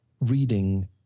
reading